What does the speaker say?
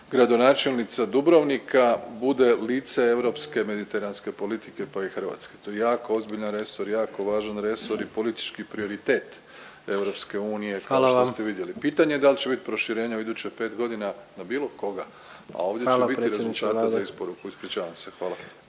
gradonačelnica Dubrovnika bude lice europske mediteranske politike, pa i hrvatske. To je jako ozbiljan resor, jako važan resor i politički prioritet EU, kao što ste vidjeli. .../Upadica: Hvala vam./... Pitanje je da li će bit proširenja u idućih 5 godina, na bilo koga, a ovdje će bit … .../Upadica: Hvala